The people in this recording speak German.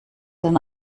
dann